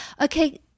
Okay